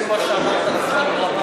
אני בודק את מה שאמרת על הזמן גרמן.